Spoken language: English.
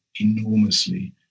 enormously